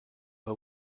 her